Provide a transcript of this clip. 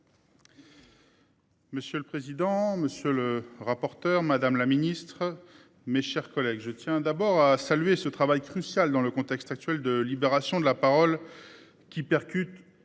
Monsieur le président, monsieur le rapporteur. Madame la Ministre, mes chers collègues, je tiens d'abord à saluer ce travail crucial dans le contexte actuel de libération de la parole qui percute